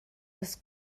das